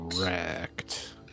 correct